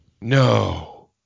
No